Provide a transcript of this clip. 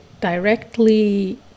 directly